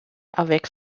avec